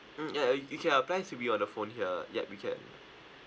mm ya uh you can apply to be on the phone here yup we can